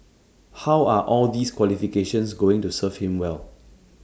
how are all these qualifications going to serve him well